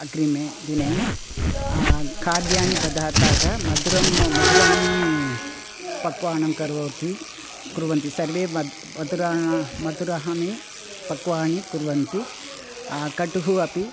अग्रिमे दिने खाद्यानि पदार्थाः मधुरं मधुराणि पक्वानि करोति कुर्वन्ति सर्वे मद् मधुराणि मधुराणि पक्वानि कुर्वन्ति कटुः अपि